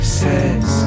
says